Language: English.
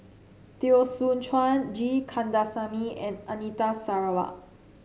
Teo Soon Chuan G Kandasamy and Anita Sarawak